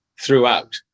throughout